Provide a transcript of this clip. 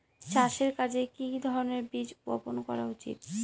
চাষের কাজে কি ধরনের বীজ বপন করা উচিৎ?